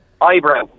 Eyebrow